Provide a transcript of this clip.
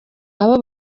abo